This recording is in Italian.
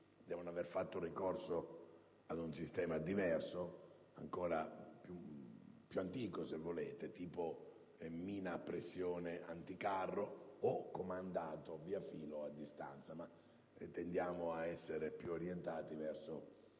devono aver fatto ricorso ad un ordigno diverso, ancora più antico se volete, tipo mina a pressione anticarro, o comandato via filo a distanza (ma tendiamo ad essere più orientati verso